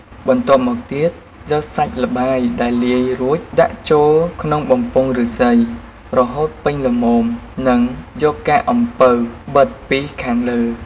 បន្ទាប់មកទៀត យកសាច់ល្បាយដែលលាយរួចដាក់ចូលក្នុងបំពង់ឫស្សី រហូតពេញល្មមនិងយកកាកអំពៅបិទពីខាងលើ។